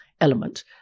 element